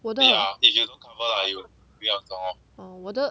我的 oh 我的